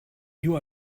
you